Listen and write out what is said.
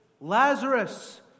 Lazarus